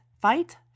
fight